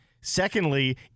secondly